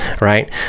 Right